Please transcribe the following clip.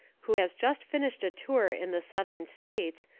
who has just finished a tour in the southern states,